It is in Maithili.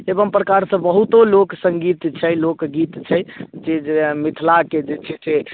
एवम् प्रकारसँ बहुतो लोक सङ्गीत छै लोकगीत छै जे मिथिलाके जे छै से